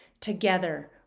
together